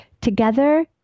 together